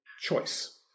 choice